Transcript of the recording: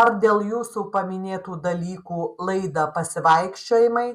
ar dėl jūsų paminėtų dalykų laidą pasivaikščiojimai